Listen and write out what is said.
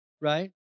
right